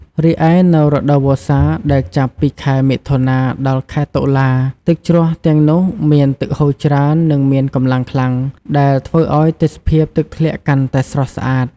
រីឯនៅរដូវវស្សា ដែលចាប់ពីខែមិថុនា ដល់ខែតុលា ទឹកជ្រោះទាំងនោះមានទឹកហូរច្រើន និងមានកម្លាំងខ្លាំង ដែលធ្វើឲ្យទេសភាពទឹកធ្លាក់កាន់តែស្រស់ស្អាត។